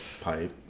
pipe